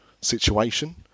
situation